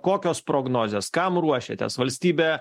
kokios prognozės kam ruošiatės valstybė